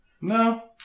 No